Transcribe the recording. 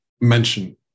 mention